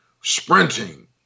sprinting